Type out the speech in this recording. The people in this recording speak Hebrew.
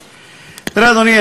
אדוני,